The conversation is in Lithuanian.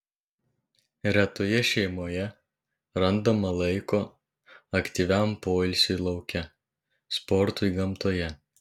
retoje šeimoje randama laiko aktyviam poilsiui lauke sportui gamtoje